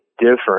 different